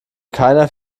keiner